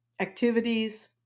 activities